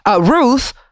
Ruth